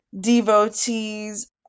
devotees